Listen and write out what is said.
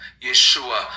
Yeshua